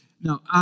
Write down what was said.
No